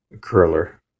curler